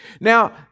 Now